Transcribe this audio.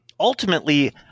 Ultimately